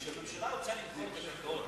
כשממשלה רוצה למכור את הקרקעות,